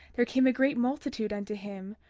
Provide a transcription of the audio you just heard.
there came a great multitude unto him,